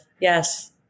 yes